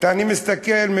אני מסתכל על